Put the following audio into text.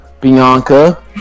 Bianca